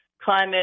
climate